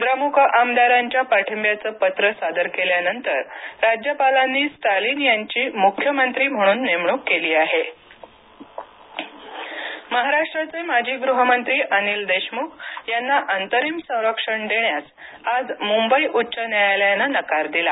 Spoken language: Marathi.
द्रमुक आमदारांच्या पाठिब्याचं पत्र सादर केल्यानंतर राज्यपालांनी स्टॅलिन यांची मुख्यमंत्री म्हणून नेमणूक केली आहे अनिल देशमख महाराष्ट्राचे माजी गृहमंत्री अनिल देशमुख यांना अंतरिम संरक्षण देण्यास आज मुंबई उच्च न्यायालयानं नकार दिला